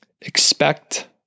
expect